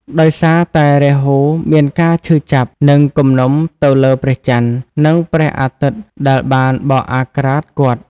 ដោយសារតែរាហូមានការឈឺចាប់ និងគំនុំទៅលើព្រះចន្ទ និងព្រះអាទិត្យដែលបានបកអាក្រាតគាត់។